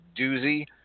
doozy